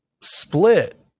split